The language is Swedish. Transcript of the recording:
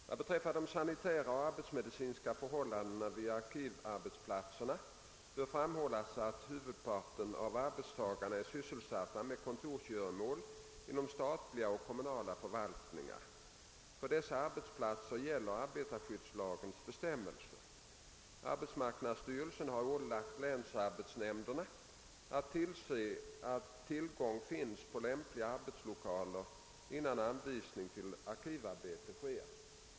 Vad beträffar de sanitära och arbetsmedicinska förhållandena vid arkivarbetsplatserna bör framhållas att huvudparten av arbetstagarna är sysselsatta med 'kontorsgöromål inom statliga eller kommunala förvaltningar. För dessa arbetsplatser gäller arbetarskyddslagens bestämmelser. Arbetsmarknadsstyrelsen har ålagt länsarbetsnämnderna att tillse att tillgång finns på lämpliga arbetslokaler innan anvisning till arkivarbete sker.